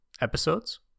episodes